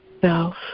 self